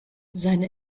seine